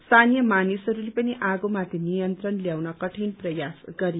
स्थानीय मानिसहरूले पनि आगोमाथि नियन्त्रण ल्याउन कठिन प्रयास गरे